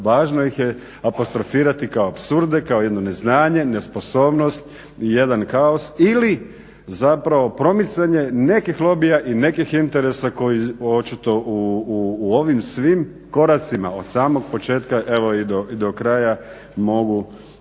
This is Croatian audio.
važno ih ja apostrofirati kao apsurde, kao jedno neznanje, nesposobnost jedan kaos ili zapravo promicanje nekih lobija i nekih interesa koji očito u ovim svim koracima od samog početka evo i do kraja mogu